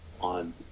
on